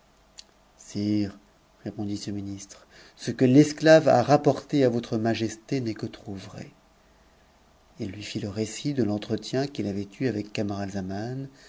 répondit ce ministre ce que l'esclave pportë à votre majesté n'est que trop vrai il lui fit le récit de l'entre't i avait eu avec